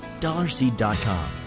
DollarSeed.com